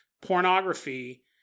pornography